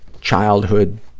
childhood